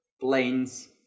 planes